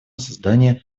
создания